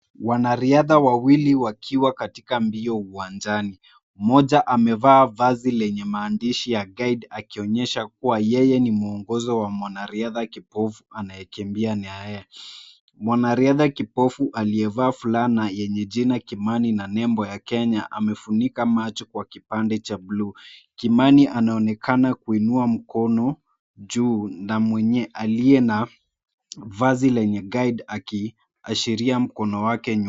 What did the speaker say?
Wanariadha wawili wakiwa katika mbio uwanjani. Mmoja amevaa vazi lenye maandishi ya GUIDE akionyesha kuwa yeye ni muongozi wa mwanariadha kipofu anayekimbia na yeye. Mwanariadha kipofu aliyevaa fulana yenye jina KIMANI na nembo ya KENYA amefunika macho kwa kipande cha buluu. Kimani anaonekana kuinua mkono juu na mwenye aliye na vazi lenye GUIDE akiashiria mkono wake nyuma.